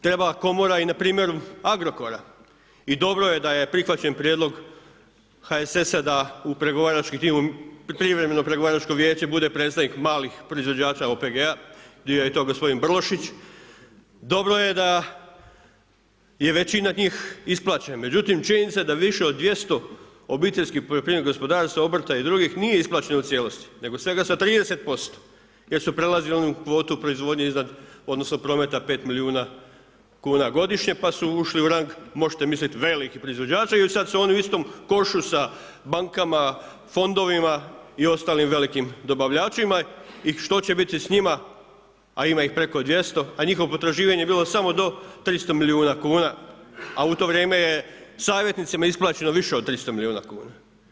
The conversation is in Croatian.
Treba komora i na primjeru Agrokora, i dobro je da je prihvaćen prijedlog HSS-a da u privremeno pregovaračko vijeće bude predstavnik malih proizvođača OPG-a gdje je to gospodin Brlošić, dobro je da je većina njih isplaćena, međutim činjenica je da više od 200 OPG-a, obrta i drugih nije isplaćena u cijelosti nego svega sa 30% jer su prelazili onu kvotu proizvodnje iznad odnosno prometa 5 milijuna kuna godišnje pa su ušli u rang možete misliti, velikih proizvođača i sad su oni u istom košu sa bankama, fondovima i ostalim velikim dobavljačima i što će biti s njima a ima ih preko 200 a njihovo potraživanje je bilo samo do 300 milijuna kuna a u to vrijeme je savjetnicima isplaćeno više od 300 milijuna kuna.